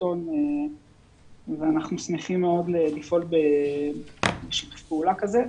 ביטון ואנחנו שמחים מאוד לפעול בשיתוף פעולה כזה.